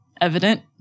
evident